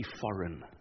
foreign